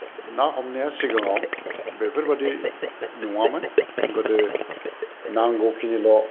ना हमनाया सिगाङाव बेफोरबादि नङामोन गोदो नांगौखिनिल'